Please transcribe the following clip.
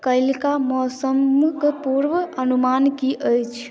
काल्हिक मौसमक पूर्व अनुमान की अछि